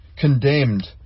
Condemned